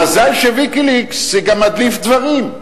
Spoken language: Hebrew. מזל ש"ויקיליקס" זה גם מדליף דברים.